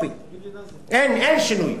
אין שינוי.